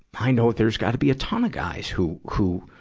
i know there's gotta be a ton of guys who, who,